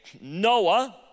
Noah